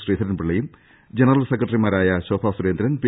ശ്രീധരൻ പിള്ളയും ജനറൽ സെക്രട്ടറിമാരായ ശോഭാ സുരേന്ദ്രൻ പി